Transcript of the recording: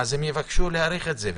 הם יבקשו להאריך את זה,